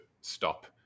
stop